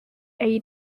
was